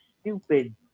stupid